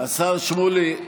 השר שמולי,